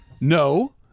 no